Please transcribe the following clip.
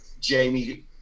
Jamie